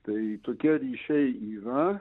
tai tokie ryšiai yra